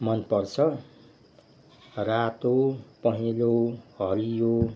मनपर्छ रातो पहेलो हरियो